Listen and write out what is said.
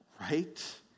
right